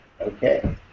Okay